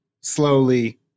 slowly